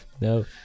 no